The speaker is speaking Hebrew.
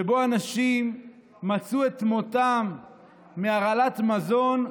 שבו אנשים מצאו את מותם מהרעלת מזון.